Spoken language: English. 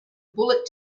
bullet